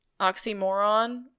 Oxymoron